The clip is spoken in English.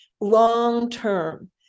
long-term